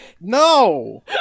No